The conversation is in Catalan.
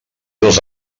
dos